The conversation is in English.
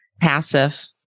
passive